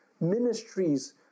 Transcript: Ministries